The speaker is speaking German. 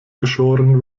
geschoren